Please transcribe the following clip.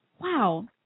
Wow